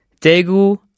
Daegu